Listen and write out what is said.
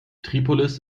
tripolis